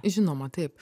žinoma taip